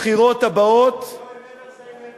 ואנחנו, בבחירות הבאות, יואל, never say never.